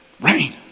Rain